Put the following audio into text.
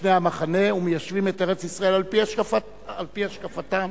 לפני המחנה ומיישבים את ארץ-ישראל על-פי השקפתם.